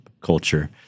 culture